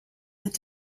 their